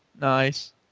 Nice